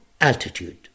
Altitude